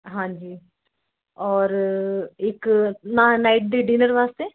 ਹਾਂਜੀ ਔਰ ਇੱਕ ਨਾਈ ਨਾਈਟ ਦੇ ਡਿੰਨਰ ਵਾਸਤੇ